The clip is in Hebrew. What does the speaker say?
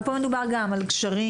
אבל פה מדובר גם על גשרים,